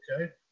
Okay